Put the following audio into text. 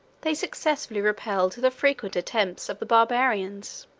they successfully repelled the frequent attempts of the barbarians.